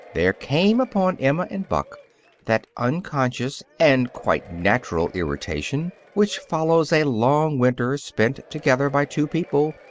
there came upon emma and buck that unconscious and quite natural irritation which follows a long winter spent together by two people,